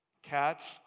Cats